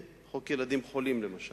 חוק חינוך חינם לילדים חולים למשל.